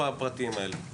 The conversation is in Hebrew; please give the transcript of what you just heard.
אלא בפרטיים האלו.